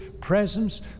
presence